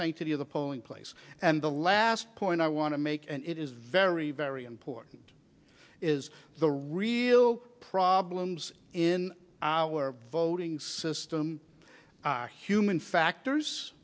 sanctity of the polling place and the last point i want to make and it is very very important is the real problems in our voting system are human factors